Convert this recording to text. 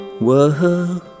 world